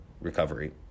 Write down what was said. recovery